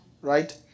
right